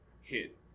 hit